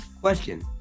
Question